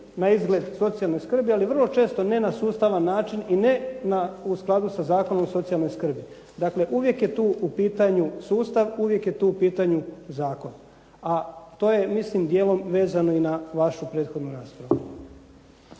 na izgled socijalne skrbi, ali vrlo često ne na sustavan način i ne u skladu sa Zakonom o socijalnoj skrbi. Dakle, uvijek je tu u pitanju sustav, uvijek je tu u pitanju zakon. A to je mislim dijelom vezano i na vašu prethodnu raspravu.